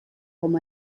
com